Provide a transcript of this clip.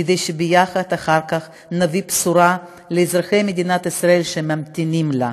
כדי שיחד אחר כך נביא בשורה לאזרחי מדינת ישראל שממתינים לה.